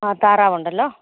ആ താറാവുണ്ടല്ലോ